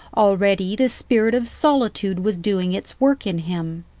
already the spirit of solitude was doing its work in him.